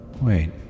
Wait